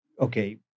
okay